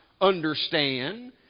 understand